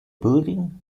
building